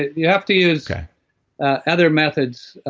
you have to use other methods